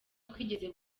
twigeze